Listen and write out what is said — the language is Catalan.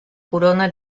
corona